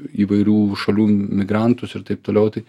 įvairių šalių migrantus ir taip toliau tai